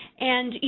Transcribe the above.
and, you